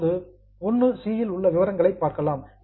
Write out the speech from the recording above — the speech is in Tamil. இப்போது என்1 இல் உள்ள விவரங்களைப் பார்க்கலாம்